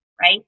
right